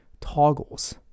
toggles